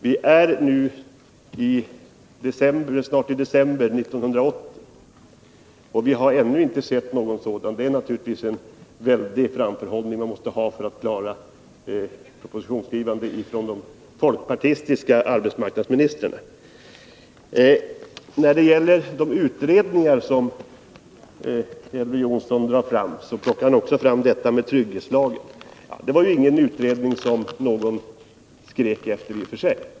Vi har snart december 1980, och vi har ännu inte sett någon sådan proposition — det behövs en väldig framförhållning för att de folkpartistiska arbetsmarknadsministrarna skall klara propositionsskrivandet. Bland de utredningar som Elver Jonsson drog fram nämndes också den 63 som gäller trygghetslagarna. Men det var ju i och för sig ingen utredning som någon skrek efter.